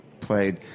played